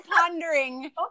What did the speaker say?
pondering